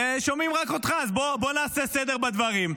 ושומעים רק אותך, אז בוא נעשה סדר בדברים.